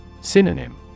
Synonym